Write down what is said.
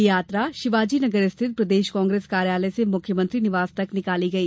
यह यात्रा शिवाजी नगर स्थित प्रदेश कांग्रेस कार्यालय से मुख्यमंत्री निवास तक निकाली गई